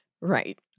Right